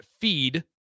feed